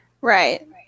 Right